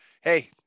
Hey